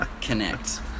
connect